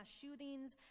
shootings